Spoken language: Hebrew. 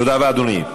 תודה רבה, אדוני.